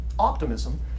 optimism